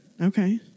okay